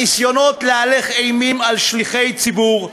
הניסיונות להלך אימים על שליחי ציבור,